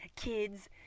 kids